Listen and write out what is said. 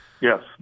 Yes